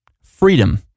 freedom